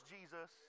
Jesus